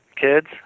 kids